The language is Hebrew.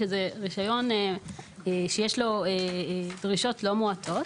שזה רישיון שיש לו דרישות לא מועטות.